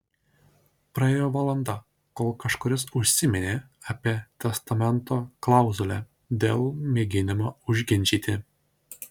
praėjo valanda kol kažkuris užsiminė apie testamento klauzulę dėl mėginimo užginčyti